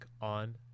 on